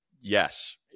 Yes